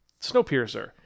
Snowpiercer